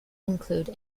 include